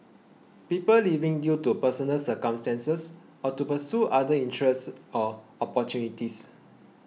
people leaving due to personal circumstances or to pursue other interests or opportunities